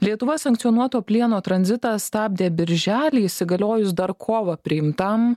lietuva sankcionuoto plieno tranzitą stabdė birželį įsigaliojus dar kovą priimtam